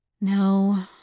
No